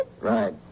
Right